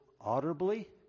audibly